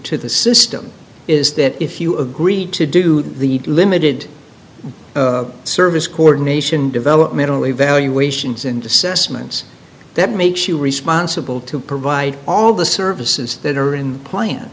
to the system is that if you agree to do the limited service coordination developmental evaluations and assessments that makes you responsible to provide all the services that are in plan